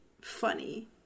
funny